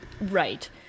Right